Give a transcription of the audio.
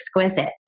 exquisite